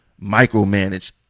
micromanage